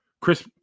Chris